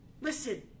Listen